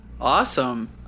Awesome